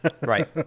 Right